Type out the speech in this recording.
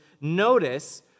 notice